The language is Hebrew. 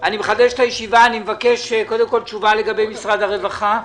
אני מקבל תשובה קודם כל לגבי משרד הרווחה.